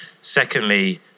Secondly